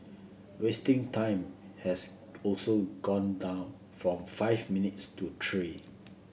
wasting time has also gone down from five minutes to three